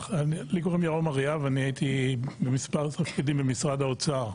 אני הייתי במספר תפקידים במשרד האוצר,